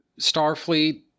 Starfleet